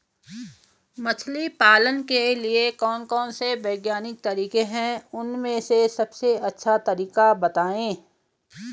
मछली पालन के लिए कौन कौन से वैज्ञानिक तरीके हैं और उन में से सबसे अच्छा तरीका बतायें?